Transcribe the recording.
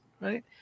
Right